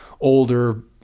older